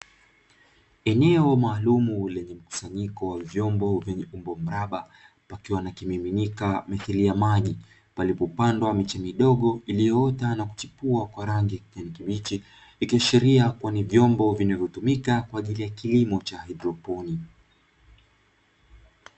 Eneo maalumu lenye mkusanyiko wa vyombo vyenye umbo mraba pakiwa na kimiminika mithili ya maji palipopandwa miche midogo iliyoota na kuchipua kwa rangi ya kijani kibichi, ikiashiria kuwa ni vyombo vinavyotumika kwa ajili ya kilimo cha haidroponi.